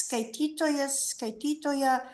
skaitytojas skaitytoja